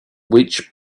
which